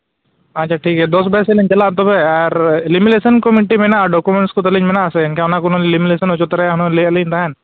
ᱟᱪᱪᱷᱟ ᱴᱷᱤᱠ ᱜᱮᱭᱟ ᱫᱚᱥ ᱵᱟᱡᱮ ᱥᱮᱫ ᱞᱤᱧ ᱪᱟᱞᱟᱜᱼᱟ ᱛᱚᱵᱮ ᱟᱨ ᱞᱮᱢᱤᱱᱮᱥᱚᱱ ᱠᱚ ᱢᱤᱫᱴᱤᱡ ᱢᱮᱱᱟᱜᱼᱟ ᱰᱚᱠᱳᱢᱮᱱᱴᱥ ᱠᱚᱛᱮᱞᱤᱧ ᱢᱮᱱᱟᱜ ᱟᱥᱮ ᱮᱱᱠᱷᱟᱡ ᱚᱱᱟ ᱠᱚ ᱞᱤᱧ ᱞᱮᱢᱤᱱᱮᱥᱚᱱ ᱦᱚᱪᱚ ᱛᱚᱨᱟᱭᱟ ᱞᱟᱹᱭᱮᱫ ᱞᱤᱧ ᱛᱟᱦᱮᱱ